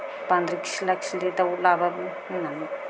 बांद्राय खिला खिलि दाउ लाबाबो होन्नानै